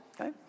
Okay